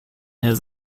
his